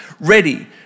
ready